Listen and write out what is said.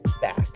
back